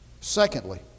Secondly